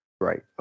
Right